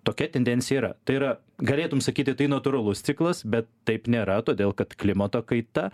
tokia tendencija yra tai yra galėtum sakyti tai natūralus ciklas bet taip nėra todėl kad klimato kaita